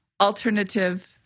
alternative